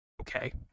okay